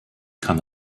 kann